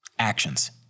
Actions